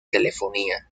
telefonía